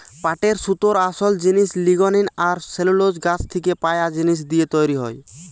পাটের সুতোর আসোল জিনিস লিগনিন আর সেলুলোজ গাছ থিকে পায়া জিনিস দিয়ে তৈরি হয়